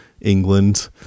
england